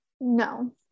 no